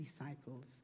disciples